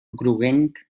groguenc